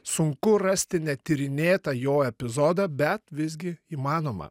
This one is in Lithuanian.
sunku rasti netyrinėtą jo epizodą bet visgi įmanoma